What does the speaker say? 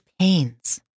pains